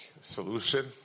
solution